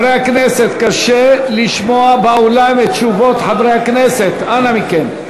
קשה לשמוע באולם את תשובות חברי הכנסת, אנא מכם.